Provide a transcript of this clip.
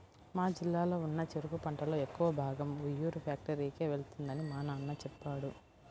మా జిల్లాలో ఉన్న చెరుకు పంటలో ఎక్కువ భాగం ఉయ్యూరు ఫ్యాక్టరీకే వెళ్తుందని మా నాన్న చెప్పాడు